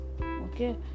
okay